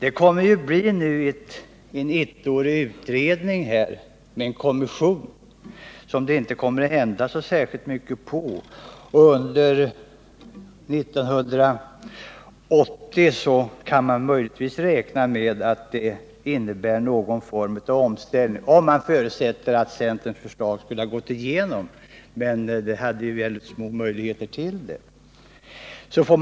En kommission startar nu en ettårig utredning där det inte kommer att hända särskilt mycket. Under 1980 kunde man möjligen räkna med att det skulle innebära någon form av omställning, om centerns förslag hade gått igenom, men det fanns ju mycket små möjligheter att det skulle göra det.